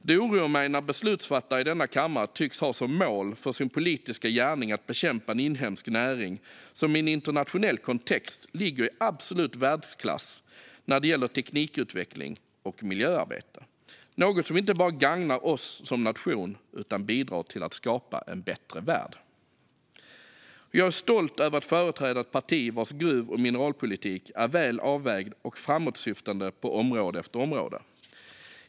Det oroar mig när beslutfattare i denna kammare tycks ha som mål för sin politiska gärning att bekämpa en inhemsk näring som i en internationell kontext ligger i absolut världsklass när det gäller teknikutveckling och miljöarbete, vilket inte bara gagnar oss som nation utan också bidrar till att skapa en bättre värld. Jag är stolt över att företräda ett parti vars gruv och mineralpolitik är väl avvägd och framåtsyftande på område efter område.